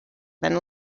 than